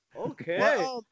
Okay